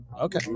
Okay